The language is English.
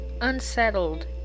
unsettled